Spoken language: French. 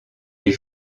est